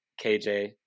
KJ